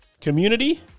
community